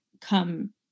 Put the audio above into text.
come